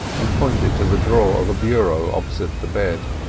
and pointed to the drawer of a bureau opposite the bed.